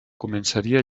començaria